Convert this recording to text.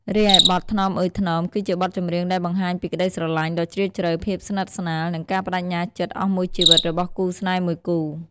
រីឯបទ ថ្នមអើយថ្នម គឺជាបទចម្រៀងដែលបង្ហាញពីក្តីស្រឡាញ់ដ៏ជ្រាលជ្រៅ ភាពស្និទ្ធស្នាល និងការប្តេជ្ញាចិត្តអស់មួយជីវិតរបស់គូស្នេហ៍មួយគូ។